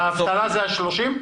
אבטלה זה עד ה-30?